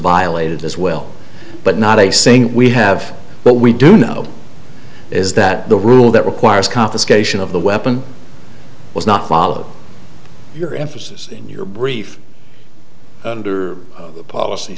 violated as well but not a saying we have but we do know is that the rule that requires confiscation of the weapon was not followed your emphasis in your brief under policy